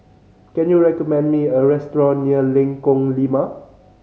can you recommend me a restaurant near Lengkong Lima